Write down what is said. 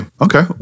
okay